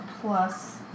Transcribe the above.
plus